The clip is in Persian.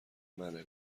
منه